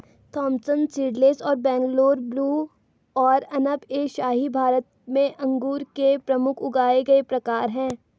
Thompson seedless और Bangalore blue और अनब ए शाही भारत में अंगूर के प्रमुख उगाए गए प्रकार हैं